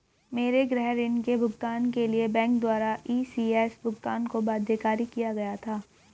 मेरे गृह ऋण के भुगतान के लिए बैंक द्वारा इ.सी.एस भुगतान को बाध्यकारी किया गया था